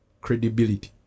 credibility